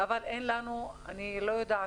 אבל אין לנו אני לא יודעת,